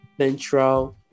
central